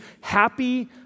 happy